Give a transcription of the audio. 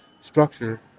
structure